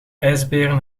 ijsberen